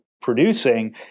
producing